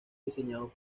diseñado